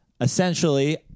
Essentially